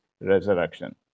resurrection